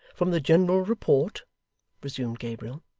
from the general report resumed gabriel,